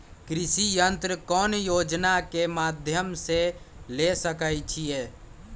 कृषि यंत्र कौन योजना के माध्यम से ले सकैछिए?